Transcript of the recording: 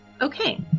okay